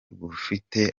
bufite